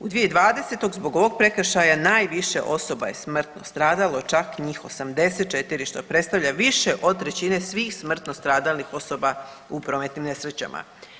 U 2020. zbog ovog prekršaja najviše osoba je smrtno stradalo čak njih 84 što predstavlja više od trećine svih smrtno stradalih osoba u prometnim nesrećama.